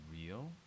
real